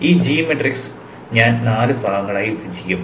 ഈ g matrix ഞാൻ നാല് ഭാഗങ്ങളായി വിഭജിക്കും